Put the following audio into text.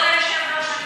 כבוד היושב-ראש,